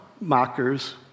mockers